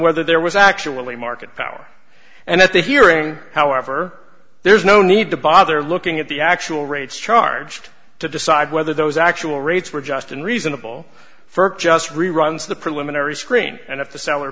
whether there was actually market power and at the hearing however there is no need to bother looking at the actual rates charged to decide whether those actual rates were just and reasonable for just reruns the preliminary screen and if the sell